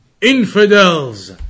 infidels